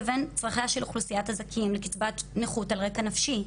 לבין צרכיה של אוכלוסייה הזכים לקצבת נכות על רקע נפשי,